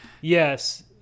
Yes